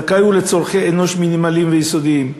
זכאי הוא לצורכי אנוש מינימליים ויסודיים.